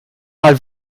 mal